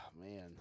man